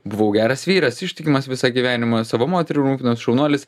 buvau geras vyras ištikimas visą gyvenimą savo moterų rūpinaus šaunuolis